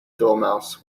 dormouse